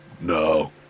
No